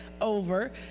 over